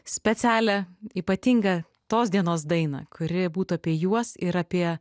specialią ypatingą tos dienos dainą kuri būtų apie juos ir apie